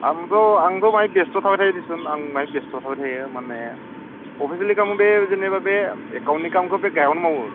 आंथ' आंथ' बाहाय बेस्थ' थाबाय थायो देसुन आं बाहाय बेसथ'आव थाबाय थायो माने अफिसनि काम मथे जेनेबा बे एकाउन्टनि खामानिखौ बे गाहायावनो मावो